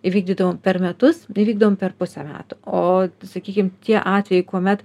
įvykdydavom per metus įvykdom per pusę metų o sakykim tie atvejai kuomet